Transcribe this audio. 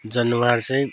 जनावर चाहिँ